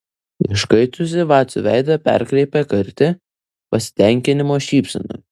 iškaitusį vacio veidą perkreipia karti pasitenkinimo šypsena